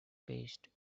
based